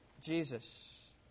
Jesus